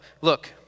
look